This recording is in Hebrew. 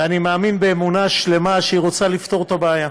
ואני מאמין באמונה שלמה שהיא רוצה לפתור את הבעיה.